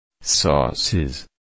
Sauces